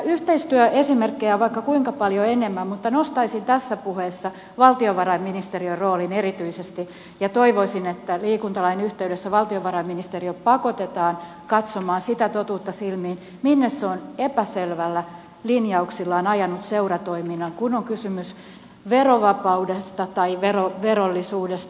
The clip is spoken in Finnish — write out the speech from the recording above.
yhteistyöesimerkkejä on vaikka kuinka paljon enemmän mutta nostaisin tässä puheessa valtiovarainministeriön roolin erityisesti ja toivoisin että liikuntalain yhteydessä valtiovarainministeriö pakotetaan katsomaan sitä totuutta silmiin minne se on epäselvillä linjauksillaan ajanut seuratoiminnan kun on kysymys verovapaudesta tai verollisuudesta